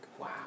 wow